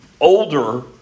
older